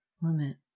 limit